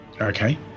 okay